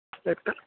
చెప్పు